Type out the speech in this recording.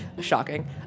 Shocking